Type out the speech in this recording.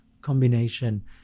combination